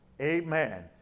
Amen